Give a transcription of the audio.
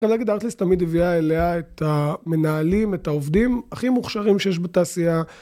מנגד, ארטליסט תמיד הביאה אליה את העובדים הכי מוכשרים שיש בתעשייה, את המנהלים.